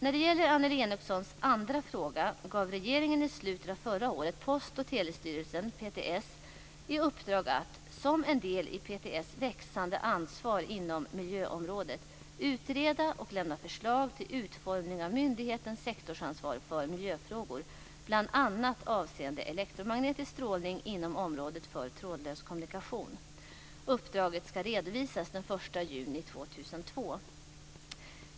När det gäller Annelie Enochsons andra fråga gav regeringen i slutet av förra året Post och telestyrelsen, PTS, i uppdrag att, som en del i PTS växande ansvar inom miljöområdet, utreda och lämna förslag till utformning av myndighetens sektorsansvar för miljöfrågor bl.a. avseende elektromagnetisk strålning inom området för trådlös kommunikation. Uppdraget ska redovisas den 1 juni 2002.